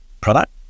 product